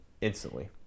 Instantly